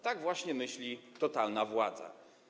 Tak właśnie myśli totalna władza.